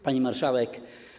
Pani Marszałek!